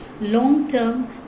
long-term